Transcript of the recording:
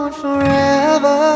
forever